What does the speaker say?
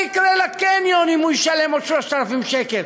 מה יקרה לקניון אם הוא ישלם עוד 3,000 שקל?